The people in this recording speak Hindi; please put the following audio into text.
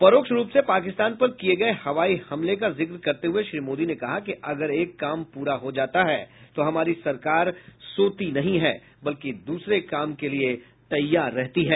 परोक्ष रूप से पाकिस्तान पर किये गये हवाई हमले का जिक्र करते हुए श्री मोदी ने कहा कि अगर एक काम पूरा हो जाता है तो हमारी सरकारी सोती नहीं है बल्कि दूसरे काम के लिए तैयार रहती है